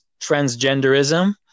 transgenderism